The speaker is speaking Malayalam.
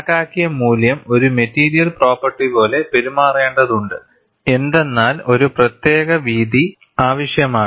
കണക്കാക്കിയ മൂല്യം ഒരു മെറ്റീരിയൽ പ്രോപ്പർട്ടി പോലെ പെരുമാറേണ്ടതുണ്ട് എന്തെന്നാൽ ഒരു പ്രത്യേക വീതി ആവശ്യമാണ്